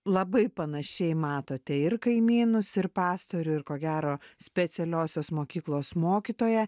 labai panašiai matote ir kaimynus ir pastorių ir ko gero specialiosios mokyklos mokytoją